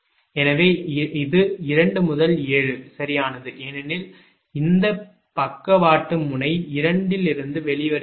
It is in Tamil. எனவே இது 2 முதல் 7 சரியானது ஏனெனில் இந்த பக்கவாட்டு முனை 2 இலிருந்து வெளிவருகிறது